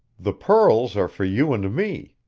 the pearls are for you and me.